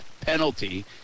penalty